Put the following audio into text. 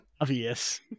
Obvious